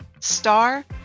Star